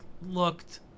looked